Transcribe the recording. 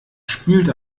spült